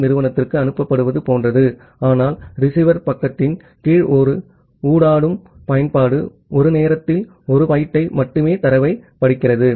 B நிறுவனத்திற்கு அனுப்பப்படுவது போன்றது ஆனால் ரிசீவர் பக்கத்தின் கீழ் ஒரு ஊடாடும் பயன்பாடு ஒரு நேரத்தில் ஒரு பைட்டை மட்டுமே தரவைப் படிக்கிறது